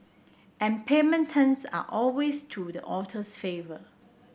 and payment terms are always to the author's favour